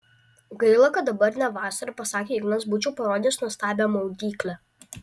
gaila kad dabar ne vasara pasakė ignas būčiau parodęs nuostabią maudyklę